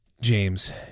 James